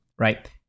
right